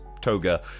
Toga